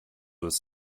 was